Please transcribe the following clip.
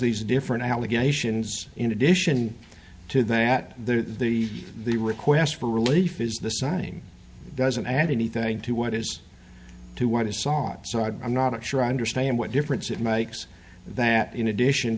these different allegations in addition to that the the request for relief is the signing doesn't add anything to what is to what is song so i'm not sure i understand what difference it makes that in addition